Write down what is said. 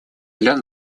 для